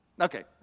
Okay